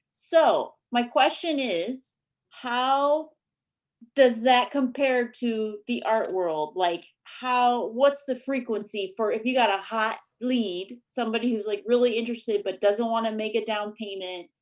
so my question is how does that compare to the art world? like what's the frequency for if you got a hot lead, somebody who's like really interested but doesn't wanna make a downpayment,